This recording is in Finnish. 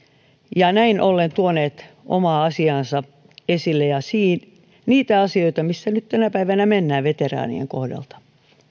ja näin ollen tuoneet esille omaa asiaansa ja niitä asioita missä nyt tänä päivänä mennään veteraanien kohdalla